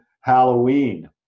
Halloween